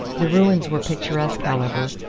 the ruins were picturesque, however,